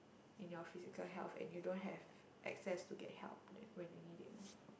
in your physical health and you don't have access to get help when you need it